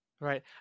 Right